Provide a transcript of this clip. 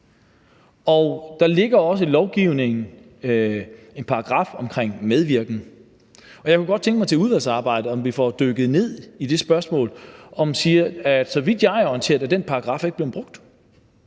Der ligger også i lovgivningen en paragraf om medvirken, og jeg kunne godt tænke mig, at vi i udvalgsarbejdet får dykket ned i det spørgsmål. Så vidt jeg er orienteret, er den paragraf ikke blevet brugt,